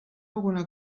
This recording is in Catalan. alguna